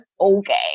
okay